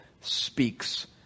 speaks